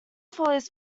follows